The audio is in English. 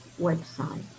website